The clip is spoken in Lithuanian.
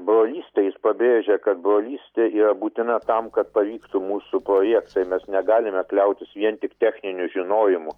brolystę jis pabrėžia kad brolystė yra būtina tam kad pavyktų mūsų projektai mes negalime kliautis vien tik techniniu žinojimu